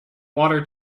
water